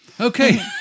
Okay